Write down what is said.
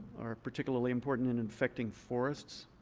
are particularly important in infecting forests,